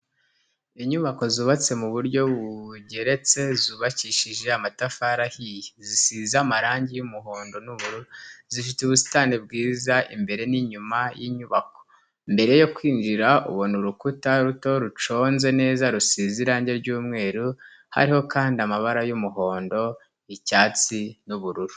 Inyubako zubatse mu buryo bugeretse zubakishije amatafari ahiye zisize amarangi y'umuhondo n'ubururu, zifite ubusitani bwiza imbere n'inyuma y'inyubako, mbere yo kwinjira ubona urukuta ruto ruconze neza rusize irangi ry'umweru, hariho kandi amabara y'umuhondo icyatsi n'ubururu.